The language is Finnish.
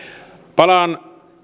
palaan